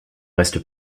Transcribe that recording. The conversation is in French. reste